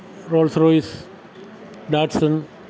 Rolls-Royce Datsun